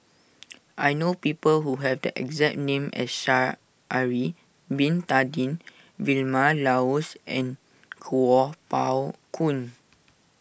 I know people who have the exact name as Sha'ari Bin Tadin Vilma Laus and Kuo Pao Kun